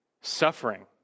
suffering